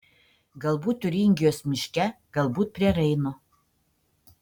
galbūt tiuringijos miške galbūt prie reino